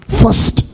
first